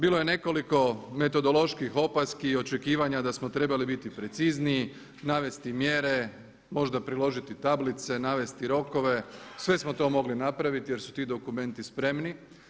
Bilo je nekoliko metodoloških opaski i očekivanja da smo trebali biti precizniji, navesti mjere, možda priložiti tablice, navesti rokove, sve smo to mogli napraviti jer su ti dokumenti spremni.